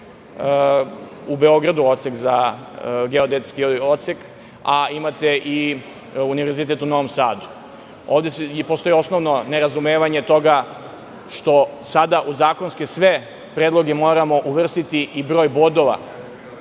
u Beogradu, geodetski odsek, a imate i univerzitet u Novom Sadu. Postoji osnovno nerazumevanje toga što sada u sve zakonske predloge moramo uvrstiti i broj bodova,